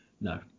No